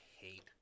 hate